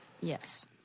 yes